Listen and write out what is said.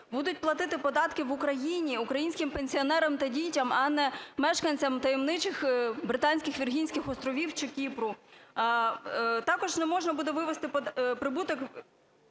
будуть платити податки в Україні українським пенсіонерам та дітям, а не мешканцям таємничих Британських, Віргінських островів чи Кіпру. Також не можна буде вивести прибуток